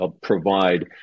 provide